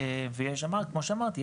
כמו שאמרתי,